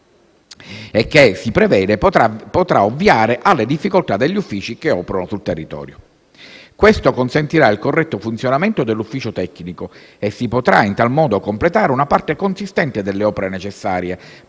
e che si prevede potrà ovviare alle difficoltà degli uffici che operano sul territorio. Questo consentirà il corretto funzionamento dell'ufficio tecnico e si potrà in tal modo completare una parte consistente delle opere necessarie